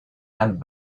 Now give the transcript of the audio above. and